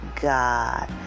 God